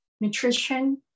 nutrition